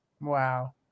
Wow